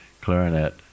clarinet